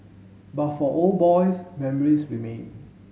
but for old boys memories remain